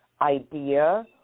idea